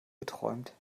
geträumt